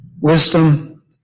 wisdom